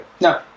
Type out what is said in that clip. no